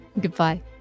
goodbye